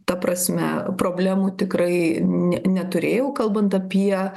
ta prasme problemų tikrai ne neturėjau kalbant apie